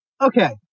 Okay